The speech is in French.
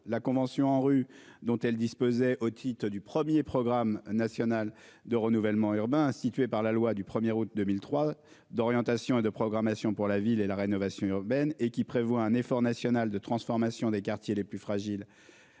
la convention ANRU dont elle disposait otite du 1er programme national de renouvellement urbain institué par la loi du premier août 2003 d'orientation et de programmation pour la ville et la rénovation urbaine et qui prévoit un effort national de transformation des quartiers les plus fragiles.